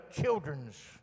children's